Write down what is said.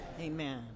Amen